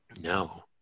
no